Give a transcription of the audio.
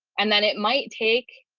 and then it might take,